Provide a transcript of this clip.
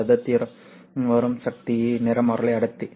சத்திரம் வரும் சக்தி நிறமாலை அடர்த்தி